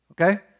okay